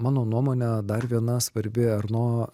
mano nuomone dar viena svarbi erno